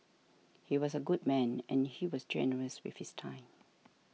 he was a good man and he was generous with his time